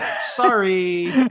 Sorry